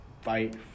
fight